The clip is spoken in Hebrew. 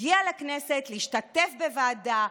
הגיעה לכנסת להשתתף בוועדה,